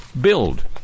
build